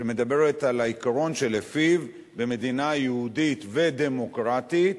שמדברת על העיקרון שלפיו במדינה יהודית ודמוקרטית